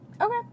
okay